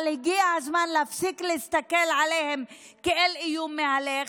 אבל הגיע הזמן להפסיק להסתכל עליהם כעל איום מהלך.